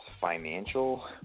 Financial